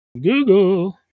Google